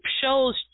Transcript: shows